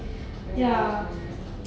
mm mm mm